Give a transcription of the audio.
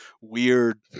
weird